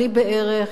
בלי בערך.